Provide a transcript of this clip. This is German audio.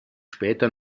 später